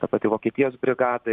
ta pati vokietijos brigada